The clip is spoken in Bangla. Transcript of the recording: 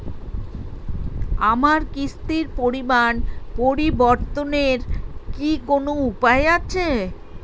আমার কিস্তির পরিমাণ পরিবর্তনের কি কোনো উপায় আছে?